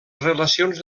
relacions